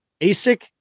ASIC